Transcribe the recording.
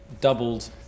doubled